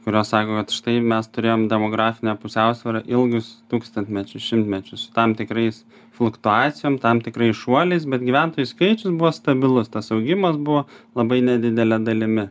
kurios sako kad štai mes turėjom demografinę pusiausvyrą ilgus tūkstantmečius šimtmečius su tam tikrais fluktuacijom tam tikrais šuoliais bet gyventojų skaičius buvo stabilus tas augimas buvo labai nedidele dalimi